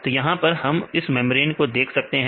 तो यहां पर हम इस मेंब्रेन को देख सकते हैं